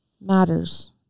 matters